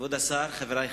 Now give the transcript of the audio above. חודש או